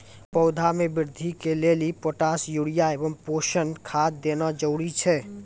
पौधा मे बृद्धि के लेली पोटास यूरिया एवं पोषण खाद देना जरूरी छै?